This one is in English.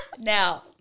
Now